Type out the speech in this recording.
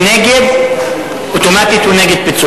אגב, חבר הכנסת נסים זאב, מי שנגד הוא נגד פיצול.